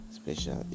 special